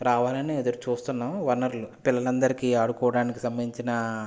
రావాలని ఎదురు చూస్తున్నాం ఓనర్లు పిల్లలందరికీ ఆడుకోవడానికి సంబంధించిన